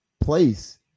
place